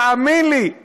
תאמין לי,